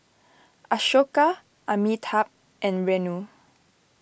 Ashoka Amitabh and Renu